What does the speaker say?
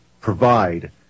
provide